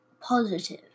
positive